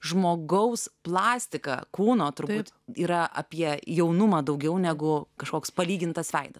žmogaus plastika kūno turbūt yra apie jaunumą daugiau negu kažkoks palygintas veidas